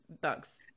bugs